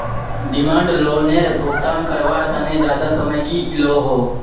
demand लोअनेर भुगतान कारवार तने ज्यादा समय नि इलोह